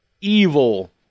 evil